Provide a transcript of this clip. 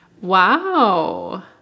wow